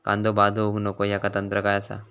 कांदो बाद होऊक नको ह्याका तंत्र काय असा?